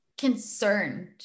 concerned